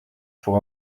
pour